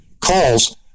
calls